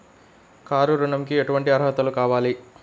Car ఋణంకి ఎటువంటి అర్హతలు కావాలి?